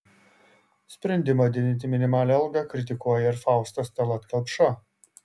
sprendimą didinti minimalią algą kritikuoja ir faustas tallat kelpša